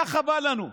ככה בא לנו.